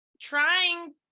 trying